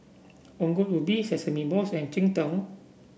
Ongol Ubi Sesame Balls and Cheng Tng